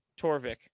Torvik